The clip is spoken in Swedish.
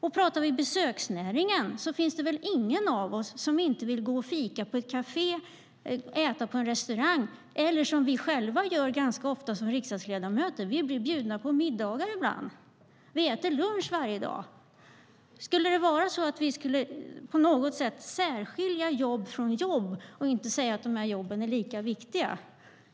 Om vi talar om besöksnäringen finns det väl ingen av oss som inte vill gå och fika på ett kafé eller äta på en restaurang. Vi själva som riksdagsledamöter blir ganska ofta bjudna på middagar, och vi äter lunch varje dag. Skulle vi på något sätt särskilja jobb från jobb och säga att de här jobben inte är lika viktiga?